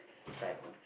it's time